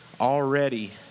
already